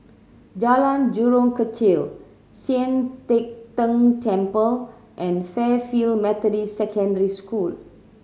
Jalan Jurong Kechil Sian Teck Tng Temple and Fairfield Methodist Secondary School